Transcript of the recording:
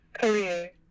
career